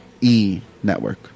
E-Network